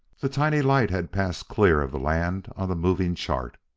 the tiny light had passed clear of the land on the moving chart.